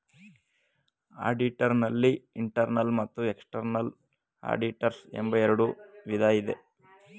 auditor ನಲ್ಲಿ internal ಮತ್ತು external auditors ಎಂಬ ಎರಡು ವಿಧ ಇದೆ